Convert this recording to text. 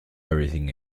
everything